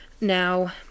Now